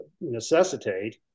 necessitate